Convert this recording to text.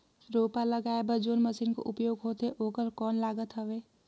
रोपा लगाय बर जोन मशीन कर उपयोग होथे ओकर कौन लागत हवय?